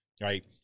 Right